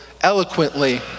eloquently